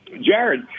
Jared